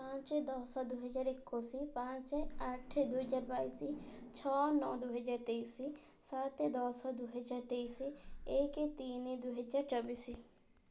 ପାଞ୍ଚ ଦଶ ଦୁଇହଜାର ଏକୋଇଶ ପାଞ୍ଚ ଆଠ ଦୁଇହଜାର ବାଇଶି ଛଅ ନଅ ଦୁଇହଜାର ତେଇଶ ସାତ ଦଶ ଦୁଇହଜାର ତେଇଶ ଏକ ତିନି ଦୁଇହଜାର ଚବିଶ